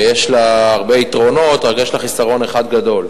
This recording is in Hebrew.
ויש לה הרבה יתרונות, רק יש לה חיסרון אחד גדול,